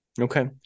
Okay